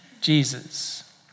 Jesus